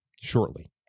shortly